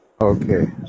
Okay